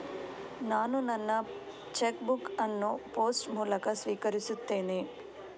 ನಾನು ನನ್ನ cheque book ಅನ್ನು ಪೋಸ್ಟ್ ಮೂಲಕ ಸ್ವೀಕರಿಸಿದ್ದೇನೆ